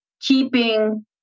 keeping